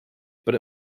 but